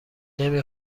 نمی